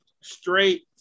Straight